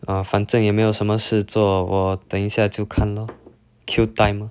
!huh! 反正也没有什么事做我等一下就看 lor kill time lor